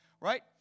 right